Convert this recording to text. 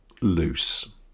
loose